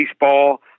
baseball